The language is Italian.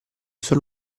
solo